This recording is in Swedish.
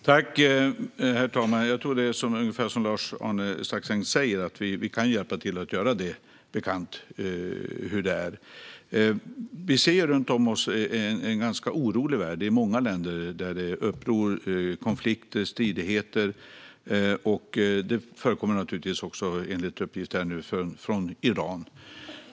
Herr talman! Jag tror, som Lars-Arne Staxäng säger, att vi kan hjälpa till att göra det bekant hur det är. Vi ser runt om oss en ganska orolig värld. Det är många länder där det är uppror, konflikter och stridigheter, enligt uppgift också i Iran.